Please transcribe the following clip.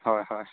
হয় হয়